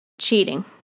cheating